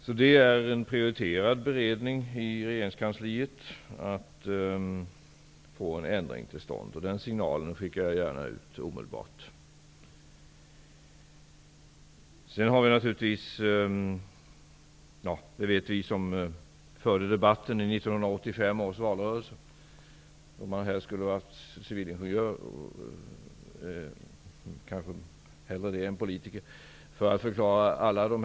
Det finns alltså en prioriterad beredning i regeringskansliet när det gäller att få en ändring till stånd. Den signalen skickar jag gärna ut omedelbart. Vi som förde debatten i 1985 års valrörelse skulle nog helst ha varit civilingenjörer för att kunna förklara alla teknikaliteter -- hellre det kanske än politiker.